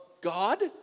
God